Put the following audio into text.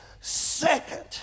second